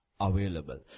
available